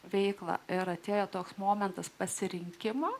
veiklą ir atėjo toks momentas pasirinkimo